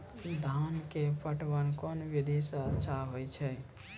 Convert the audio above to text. धान के पटवन कोन विधि सै अच्छा होय छै?